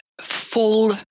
full